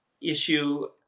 issue